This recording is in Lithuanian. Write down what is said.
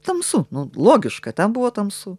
tamsu nu logiška ten buvo tamsu